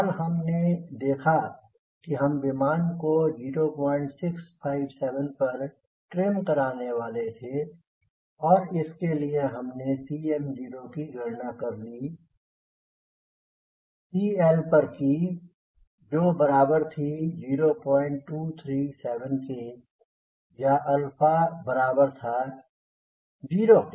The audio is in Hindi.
कल हमने देखा कि हम विमान को 0657 पर ट्रिम कराने वाले थे और इसके लिए हमने Cm0 का की गणना CLपर की जो बराबर थी 0237 के या बराबर था 0 के